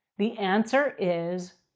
the answer is,